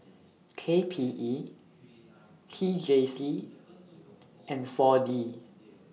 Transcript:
K P E T J C and four D